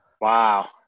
Wow